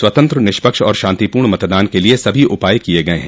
स्वतंत्र निष्पक्ष और शांतिपूर्ण मतदान के सभी उपाय किये गये हैं